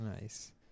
Nice